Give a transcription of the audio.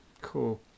Cool